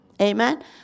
Amen